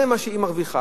זה מה שהיא מרוויחה.